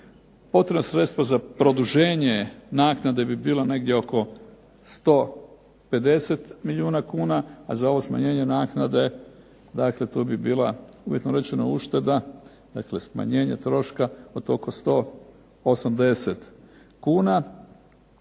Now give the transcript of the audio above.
potrebno sredstvo za produženje naknade bi bilo negdje oko 150 milijuna kuna, a za ovo smanjenje naknade dakle tu bi bila uvjetno rečeno ušteda, dakle smanjenje troška od oko 180 kuna,